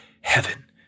heaven